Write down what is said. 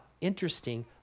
interesting